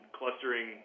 clustering